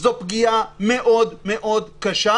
זו פגיעה מאוד מאוד קשה,